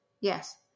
Yes